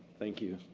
thank you.